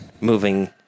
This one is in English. moving